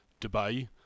Dubai